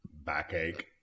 Backache